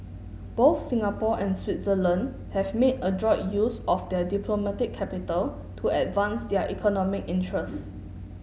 both Singapore and Switzerland have made adroit use of their diplomatic capital to advance their economic interest